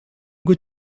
got